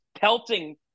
pelting